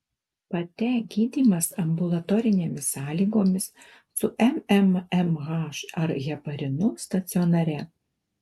pate gydymas ambulatorinėmis sąlygomis su mmmh ar heparinu stacionare